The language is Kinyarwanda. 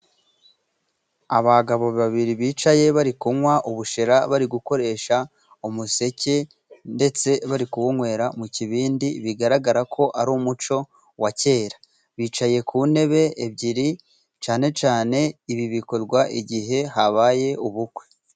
Abagabo babiri, bicaye bari kunywa ubushera. Bari gukoresha umuheha ,ndetse bari kuwunywesha mu kibindi. Bigaragara ko ari umuco wa kera. Bicaye ku ntebe ebyiri. Cyane cyane ibi bikorwa igihe habaye ubukwe.